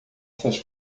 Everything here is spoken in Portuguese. essas